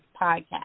Podcast